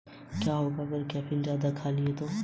UPI क्या होता है?